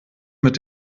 mit